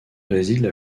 réside